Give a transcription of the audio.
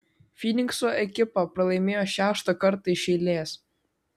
fynikso ekipa pralaimėjo šeštą kartą iš eilės